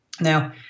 Now